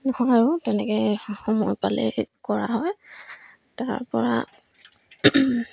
নহয় আৰু তেনেকৈ সময় পালে কৰা হয় তাৰ পৰা